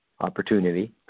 opportunity